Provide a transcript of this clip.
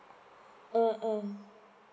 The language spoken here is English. mmhmm